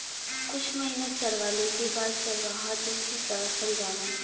कुछ महिना चरवाले के बाद चरवाहा दूसरी जगह चल जालन